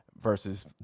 versus